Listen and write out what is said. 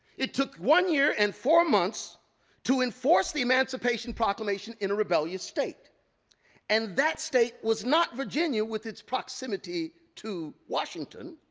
it took one year and four months to enforce the emancipation proclamation in a rebellious state and that state was not virginia with its proximity to washington.